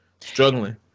struggling